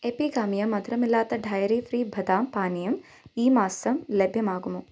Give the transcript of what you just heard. എപ്പിഗാമിയ മധുരമില്ലാത്ത dairy free ബദാം പാനീയം ഈ മാസം ലഭ്യമാകുമോ